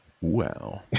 Wow